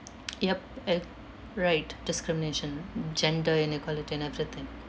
yup uh right discrimination gender inequality and everything